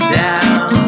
down